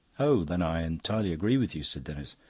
oh, then i entirely agree with you, said denis.